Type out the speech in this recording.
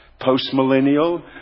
postmillennial